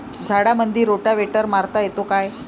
झाडामंदी रोटावेटर मारता येतो काय?